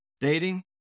dating